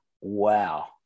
Wow